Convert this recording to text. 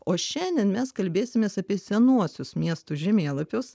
o šiandien mes kalbėsimės apie senuosius miestų žemėlapius